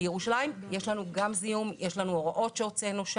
בירושלים יש גם זיהום, יש הוראות שהוצאנו,